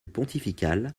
pontificale